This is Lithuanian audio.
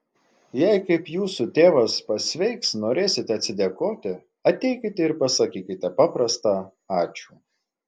jei kaip jūsų tėvas pasveiks norėsite atsidėkoti ateikite ir pasakykite paprastą ačiū